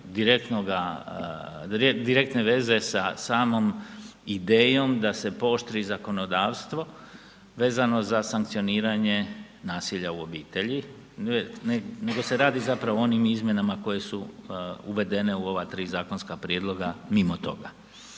direktne veze sa samom idejom da se pooštri zakonodavstvo vezano za sankcioniranje nasilja u obitelji, nego se radi zapravo o onim izmjenama koje su uvedene u ova tri zakonska prijedloga mimo toga.